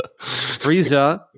frieza